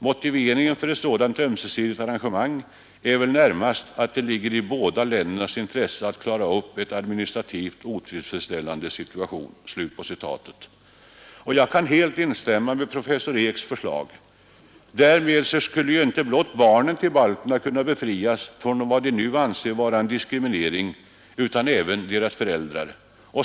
Motiveringen för ett sådant ömsesidigt arrangemang är väl närmast att det ligger i båda ländernas intresse att klara upp en administrativt otillfredsställan de situation. | Jag kan helt instämma med professor Eeks förslag. Därmed skulle inte blott barnen till balterna kunna befrias från vad de nu anser vara en diskriminering utan även deras föräldrar.